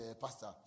Pastor